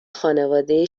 خانواده